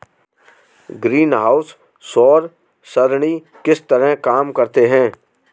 greenhouse सौर सरणी किस तरह काम करते हैं